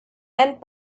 and